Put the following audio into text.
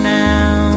now